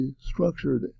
structured